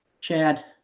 Chad